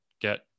get